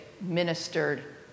ministered